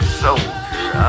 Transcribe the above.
soldier